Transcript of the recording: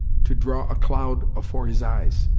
to draw a cloud afore his eyes!